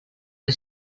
que